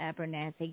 Abernathy